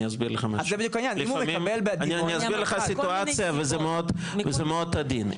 אני אסביר לך סיטואציה וזה מאוד עדין.